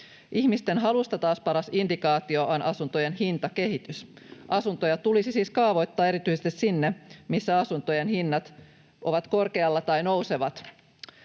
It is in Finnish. Ihmisten halusta taas paras indikaatio on asuntojen hintakehitys. Asuntoja tulisi siis kaavoittaa erityisesti sinne, missä asuntojen hinnat ovat korkealla tai nousevat.